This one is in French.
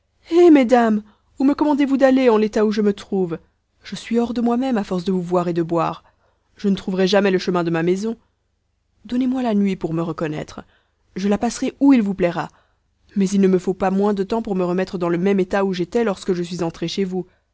eh mesdames où me commandez-vous d'aller en l'état où je me trouve je suis hors de moi-même à force de vous voir et de boire je ne retrouverais jamais le chemin de ma maison donnez-moi la nuit pour me reconnaître je la passerai où il vous plaira mais il ne me faut pas moins de temps pour me remettre dans le même état où j'étais lorsque je suis entré chez vous